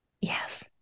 yes